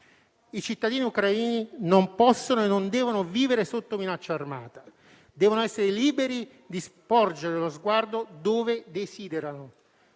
I cittadini ucraini non possono e non devono vivere sotto minaccia armata, ma devono essere liberi di volgere lo sguardo dove desiderano.